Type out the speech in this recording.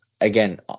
Again